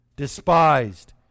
despised